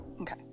Okay